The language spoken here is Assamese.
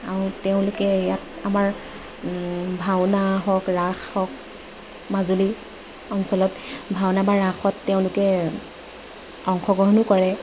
আৰু তেওঁলোকে ইয়াত আমাৰ ভাওনা হওক ৰাস হওক মাজুলী অঞ্চলত ভাওনা বা ৰাসত তেওঁলোকে অংশগ্ৰহণো কৰে